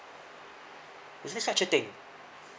is there such a thing